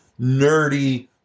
nerdy